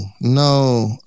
no